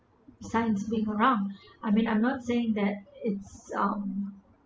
science big around I mean I'm not saying that it's um